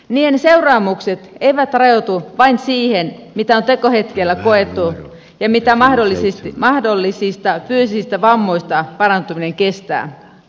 niiden seuraamukset eivät rajoitu vain siihen mitä on tekohetkellä koettu ja mitä mahdollisista fyysisistä vammoista parantuminen kestää